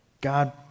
God